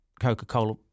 Coca-Cola